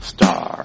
Star